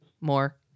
more